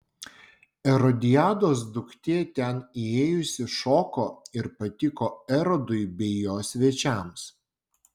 erodiados duktė ten įėjusi šoko ir patiko erodui bei jo svečiams